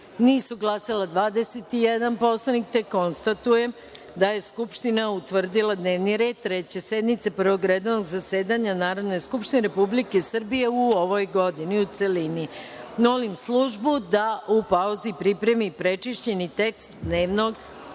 nije glasao 21 poslanik. Konstatujem da je Skupština utvrdila dnevni red Treće sednice Prvog redovnog zasedanja Narodne skupštine Republike Srbije u ovoj godini, u celini. Molim službu da u pauzi pripremi prečišćeni tekst dnevnog